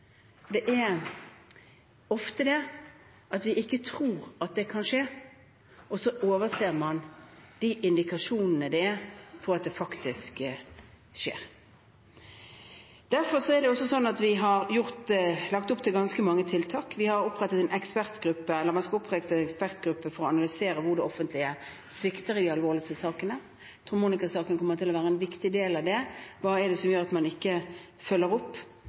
Det er ofte vi ikke tror at det kan skje, og så overser man indikasjonene på at det faktisk skjer. Derfor er det også sånn at vi har lagt opp til ganske mange tiltak. Man skal opprette en ekspertgruppe for å analysere hvor det offentlige svikter i de alvorligste sakene. Jeg tror Monika-saken kommer til å være en viktig del av det. Hva er det som gjør at man ikke følger opp?